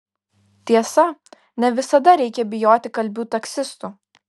tiesa ne visada reikia bijoti kalbių taksistų